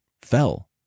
fell